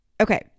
okay